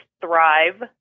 Thrive